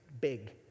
big